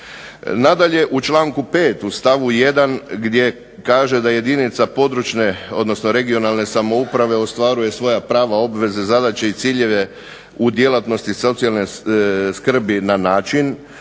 Nadalje, u članku 5. u stavku 1. gdje kaže da jedinica područne odnosno regionalne samouprave ostvaruje svoja prava, obveze, zadaće i ciljeve u djelatnosti socijalne skrbi na način